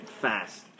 fast